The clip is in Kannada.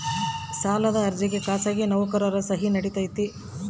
ಸಾಲದ ಅರ್ಜಿಗೆ ಖಾಸಗಿ ನೌಕರರ ಸಹಿ ನಡಿತೈತಿ?